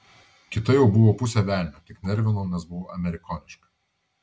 kita jau buvo pusė velnio tik nervino nes buvo amerikoniška